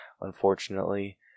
unfortunately